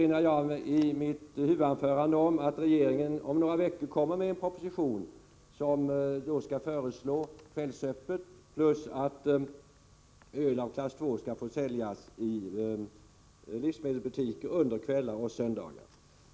I mitt huvudanförande erinrade jag om att regeringen om några veckor framlägger en proposition i vilken föreslås kvällsöppet på Systemet och att öl i klass II skall få säljas i livsmedelsbutiker under kvällar och söndagar.